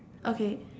okay